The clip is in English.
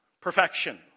perfection